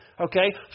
Okay